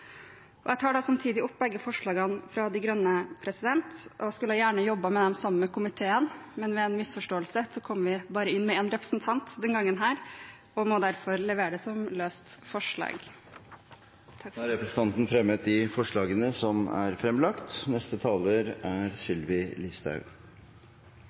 Jeg tar opp begge forslagene fra De Grønne. Jeg skulle gjerne ha jobbet med dem sammen med komiteen, men ved en misforståelse kom vi bare inn med én representant denne gangen, og må derfor levere dem som løse forslag. Representanten Une Aina Bastholm har fremmet de forslagene